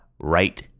right